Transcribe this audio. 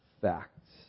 facts